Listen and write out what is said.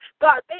God